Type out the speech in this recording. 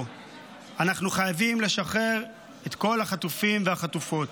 אנחנו חייבים לשחרר את כל החטופים והחטופות.